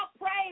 praise